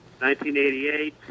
1988